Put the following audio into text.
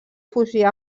fugir